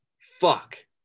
fuck